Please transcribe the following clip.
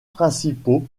principaux